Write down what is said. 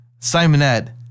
simonette